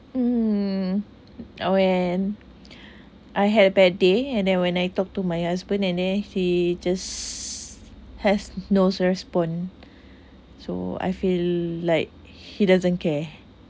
um I when I had a bad day and then when I talk to my husband and he just has no response so I feel like he doesn't care